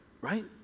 Right